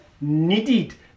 needed